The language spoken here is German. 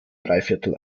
dreiviertel